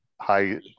high